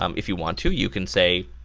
um if you want to you can say,